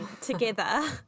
together